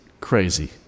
crazy